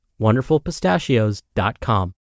WonderfulPistachios.com